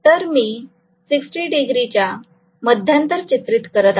तर मी 60 डिग्री चे मध्यांतर चित्रित करत आहे